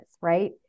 right